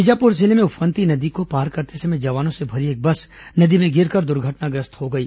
बीजापुर जिले में उफनती नदी पार करते समय जवानों से भरी एक बस नदी में गिरकर दुर्घटनाग्रस्त हो गई